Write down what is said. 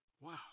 Wow